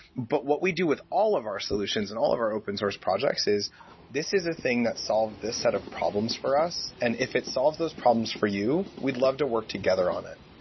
but what we do with all of our solutions and all of our open-source projects is this is a thing that solved this set of problems for us, and if it solves those problems for you, we'd love to work together on it.